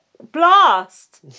Blast